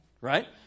right